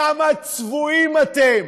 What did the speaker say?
כמה צבועים אתם.